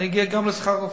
אני אגיע גם לשכר רופאים.